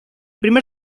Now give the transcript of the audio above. primer